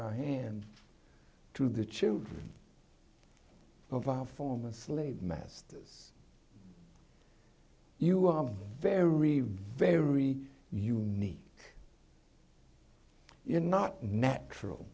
i hand to the children of our former slave masters you are very very unique you not natural